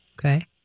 okay